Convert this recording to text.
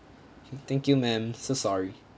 okay thank you ma'am so sorry